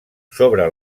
sobre